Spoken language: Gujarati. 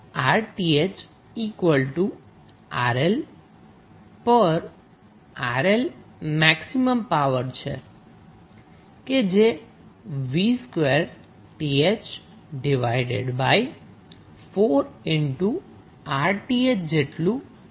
તેથી 𝑅𝑇ℎ𝑅𝐿 પર 𝑅𝐿 મેક્સિમમ પાવર છે કે જે VTh24RTh જેટલું લોડમાં ટ્રાન્સફર થશે